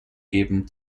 geben